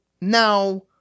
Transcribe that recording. now